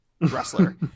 wrestler